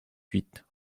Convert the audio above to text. huit